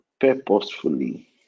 purposefully